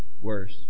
worse